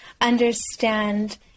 understand